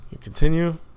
Continue